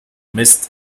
missed